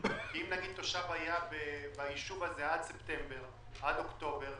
אם תושב היה ביישוב הזה עד ספטמבר או עד אוקטובר,